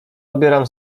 obieram